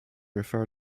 refer